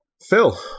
phil